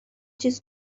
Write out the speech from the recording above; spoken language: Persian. چیز